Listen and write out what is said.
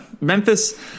Memphis